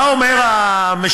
מה אומר המשורר?